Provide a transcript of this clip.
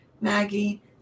Maggie